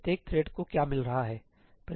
प्रत्येक थ्रेड को क्या मिल रहा है